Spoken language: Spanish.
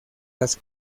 las